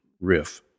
riff